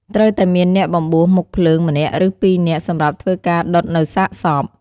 ត្រូវតែមានអ្នកបំបួសមុខភ្លើងម្នាក់ឬពីរនាក់ សម្រាប់ធ្វើការដុតនៅសាកសព។